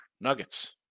Nuggets